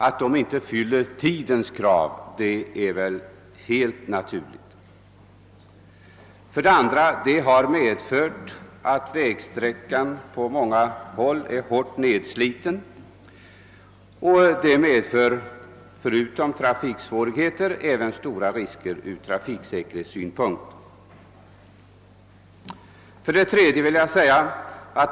Att inte vår tids krav uppfylls är därför helt naturligt. 2. Detta har medfört att vägsträckan på många håll är hårt nedsliten, vilket i sin tur orsakar förutom trafiksvårigheter även stora risker från trafiksäkerhetssynpunkt. 3.